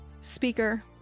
Speaker